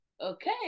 Okay